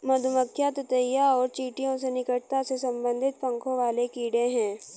मधुमक्खियां ततैया और चींटियों से निकटता से संबंधित पंखों वाले कीड़े हैं